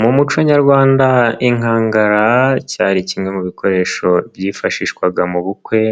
Mu muco nyarwanda inkangara cyari kimwe mu bikoresho byifashishwaga mu bukwe,